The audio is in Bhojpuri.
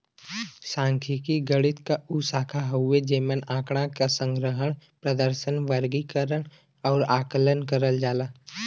सांख्यिकी गणित क उ शाखा हउवे जेमन आँकड़ा क संग्रहण, प्रदर्शन, वर्गीकरण आउर आकलन करल जाला